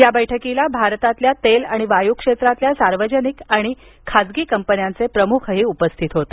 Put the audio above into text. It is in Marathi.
या बैठकीला भारतातील तेल आणि वायू क्षेत्रातल्या सार्वजनिक आणि खासगी कंपन्यांचे प्रमुखही उपस्थित होते